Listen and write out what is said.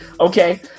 Okay